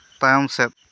ᱛᱟᱭᱚᱢ ᱥᱮᱫ